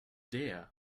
dear